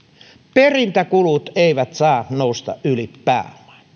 perintäkulut eivät saa nousta yli pääoman